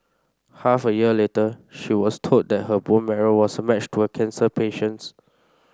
half a year later she was told that her bone marrow was a match to a cancer patient's